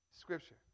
Scripture